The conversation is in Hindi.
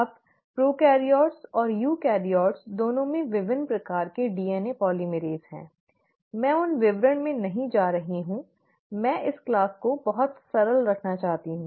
अब प्रोकैरियोट्स और यूकेरियोट्स दोनों में विभिन्न प्रकार के DNA polymerase हैं मैं उन विवरणों में नहीं रही हूं मैं इस क्लास को बहुत सरल रखना चाहती हूं